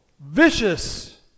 Vicious